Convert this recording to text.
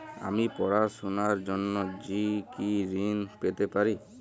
আমি পড়াশুনার জন্য কি ঋন পেতে পারি?